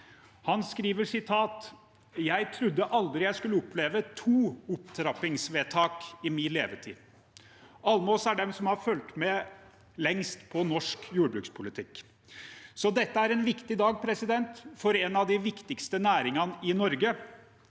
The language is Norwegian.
Han skriver: «Eg trudde aldri eg skulle oppleva to opptrappingsvedtak i mi levetid.» Almås er av dem som har fulgt med lengst på norsk jordbrukspolitikk, så dette er en viktig dag for en av de viktigste næringene i Norge.